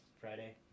friday